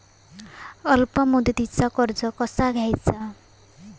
अल्प मुदतीचा कर्ज कसा घ्यायचा?